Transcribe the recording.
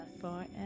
Forever